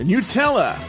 Nutella